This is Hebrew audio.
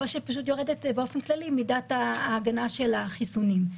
או שפשוט יורדת באופן כללי מידת ההגנה של החיסונים.